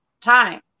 time